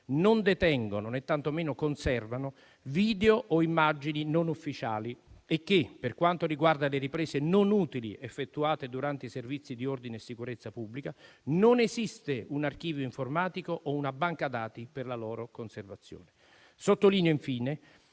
non detengono, né tantomeno conservano video o immagini non ufficiali e che, per quanto riguarda le riprese non utili effettuate durante i servizi di ordine e sicurezza pubblica, non esiste un archivio informatico o una banca dati per la loro conservazione. Sottolineo infine